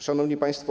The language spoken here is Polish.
Szanowni Państwo!